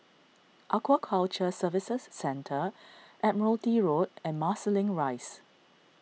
Aquaculture Services Centre Admiralty Road and Marsiling Rise